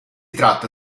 tratta